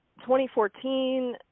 2014